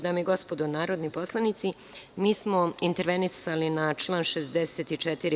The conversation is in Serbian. Dame i gospodo narodni poslanici, mi smo intervenisali na član 64.